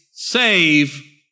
save